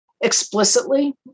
explicitly